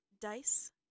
dice